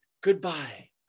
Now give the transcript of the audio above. Goodbye